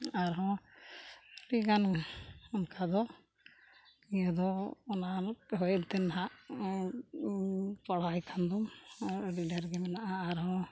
ᱟᱨᱦᱚᱸ ᱟᱹᱰᱤ ᱜᱟᱱ ᱚᱱᱠᱟ ᱫᱚ ᱱᱤᱭᱟᱹ ᱫᱚ ᱚᱱᱟ ᱦᱳᱭᱮᱱᱛᱮᱫ ᱱᱟᱜ ᱯᱟᱲᱦᱟᱣ ᱠᱷᱟᱱ ᱫᱚᱢ ᱟᱨ ᱟᱹᱰᱤ ᱰᱷᱮᱨ ᱜᱮ ᱢᱮᱱᱟᱜᱼᱟ ᱟᱨᱦᱚᱸ